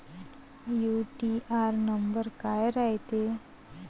UTR number काय रायते?